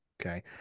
Okay